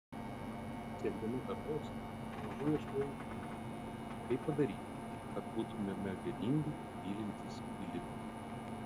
siekdama darnos pamažu ieškojau būdų kaip padaryti kad būtumėme vieningi mylintys mylimi